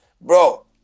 Bro